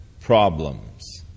problems